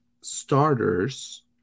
starters